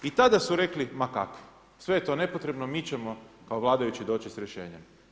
I tada su rekli, ma kakvi, sve je to nepotrebno, mi ćemo kao vladajući doći s rješenjem.